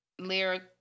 Lyric